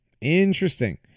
Interesting